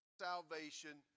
salvation